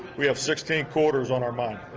we have sixteen quarters on our mind.